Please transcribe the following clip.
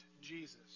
Jesus